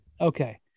Okay